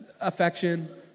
affection